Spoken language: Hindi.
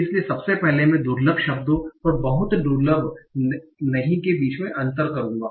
इसलिए सबसे पहले मैं दुर्लभ शब्दों और बहुत दुर्लभ नहीं के बीच अंतर करूंगा